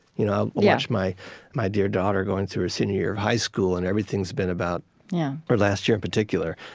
you know watch my my dear daughter going through her senior year of high school, and everything's been about yeah or last year in particular,